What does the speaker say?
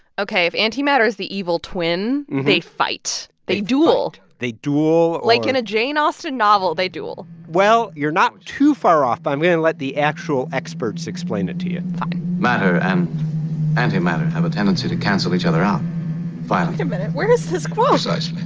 ok, if antimatter is the evil twin, they fight. they duel they duel like in a jane austen novel, they duel well, you're not too far off. but i'm going to let the actual experts explain it to you matter and antimatter have a tendency to cancel each other out violently wait a minute. where is this. precisely.